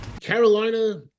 Carolina